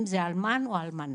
אם זה אלמן או אלמנה,